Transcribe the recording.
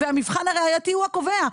והמבחן הראייתי הוא הקובע.